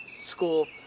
school